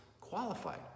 qualified